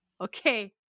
okay